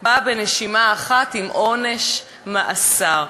באה בנשימה אחת עם עונש מאסר.